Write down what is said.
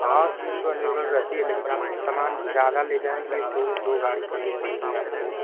हाँ सीट तो अलेबल रहती है लेकिन आप सामान ज़्यादा ले जाएँगे तो दो गाड़ी करनी पड़ेगी आपको